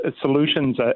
solutions